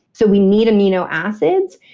so we need amino acids.